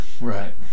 right